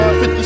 50